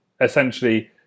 essentially